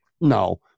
No